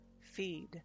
feed